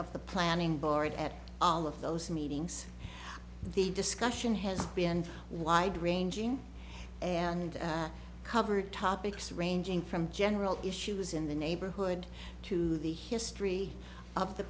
of the planning board at all of those meetings the discussion has been wide ranging and covered topics ranging from general issues in the neighborhood to the history of the